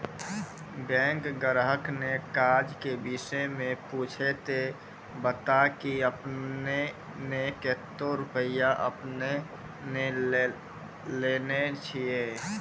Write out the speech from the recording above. Bank ग्राहक ने काज के विषय मे पुछे ते बता की आपने ने कतो रुपिया आपने ने लेने छिए?